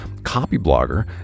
Copyblogger